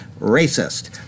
racist